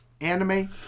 Anime